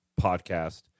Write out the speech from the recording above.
podcast